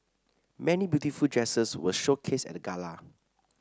many beautiful dresses were showcased at the gala